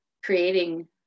creating